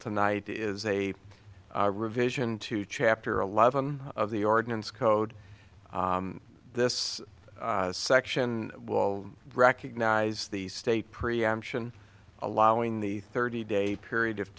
tonight is a revision to chapter eleven of the ordinance code this section will recognize the state preemption allowing the thirty day period of